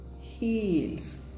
heels